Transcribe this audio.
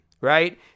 right